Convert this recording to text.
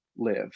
live